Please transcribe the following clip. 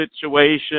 situation